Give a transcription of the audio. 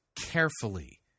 carefully